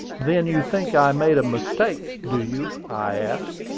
then you think i made a mistake, do you? i asked.